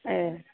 ए